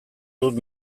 dut